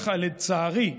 לצערי,